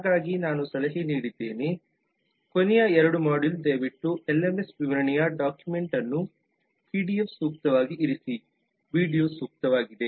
ಹಾಗಾಗಿ ನಾನು ಸಲಹೆ ನೀಡಿದ್ದೇನೆ ಕೊನೆಯ 02 ಮಾಡ್ಯೂಲ್ ದಯವಿಟ್ಟು ಎಲ್ಎಂಎಸ್ ವಿವರಣೆಯ ಡಾಕ್ಯುಮೆಂಟ್ ಅನ್ನು ಪಿಡಿಎಫ್ ಸೂಕ್ತವಾಗಿ ಇರಿಸಿ ವೀಡಿಯೊ ಸೂಕ್ತವಾಗಿದೆ